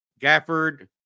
Gafford-